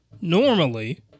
normally